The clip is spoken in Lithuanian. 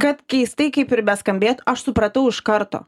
kaip keistai kaip ir beskambėtų aš supratau iš karto